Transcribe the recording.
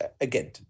again